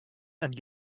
and